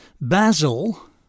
Basil